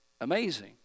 Amazing